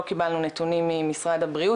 לא קיבלנו נתונים ממשרד הבריאות,